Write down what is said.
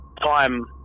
time